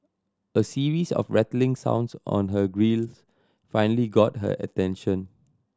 a series of rattling sounds on her grilles finally got her attention